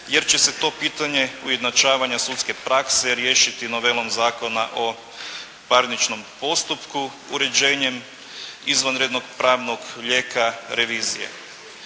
jer će se to pitanje ujednačavanja sudske prakse riješiti novelom zakona o parničnom postupku uređenjem izvanrednog pravnog lijeka revizije.